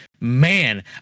man